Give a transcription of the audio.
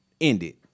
ended